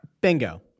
Bingo